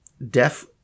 Deaf